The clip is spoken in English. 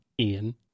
ian